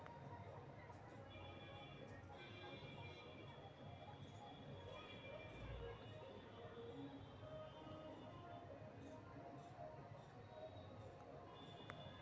शाहबलूत के टा से cake, bread, pancake, pasta आउरो सब कुछ बनायल जाइ छइ